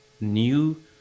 new